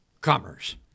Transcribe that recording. commerce